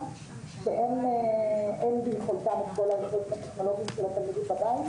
שאין ביכולתם את כל האמצעים הטכנולוגיים של התלמידים בבית.